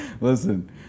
Listen